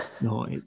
no